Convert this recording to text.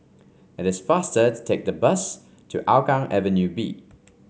it is faster to take the bus to Hougang Avenue B